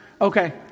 Okay